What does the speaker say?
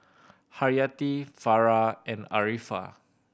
Haryati Farah and Arifa